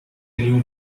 new